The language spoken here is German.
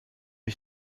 ich